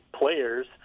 players